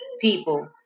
people